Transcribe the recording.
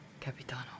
Capitano